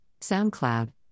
SoundCloud